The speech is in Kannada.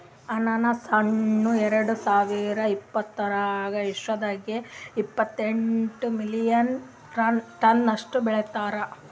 ಅನಾನಸ್ ಹಣ್ಣ ಎರಡು ಸಾವಿರ ಇಪ್ಪತ್ತರಾಗ ವಿಶ್ವದಾಗೆ ಇಪ್ಪತ್ತೆಂಟು ಮಿಲಿಯನ್ ಟನ್ಸ್ ಅಷ್ಟು ಬೆಳದಾರ್